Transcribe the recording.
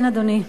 כן, אדוני.